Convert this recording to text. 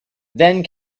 then